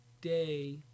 day